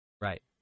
right